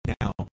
now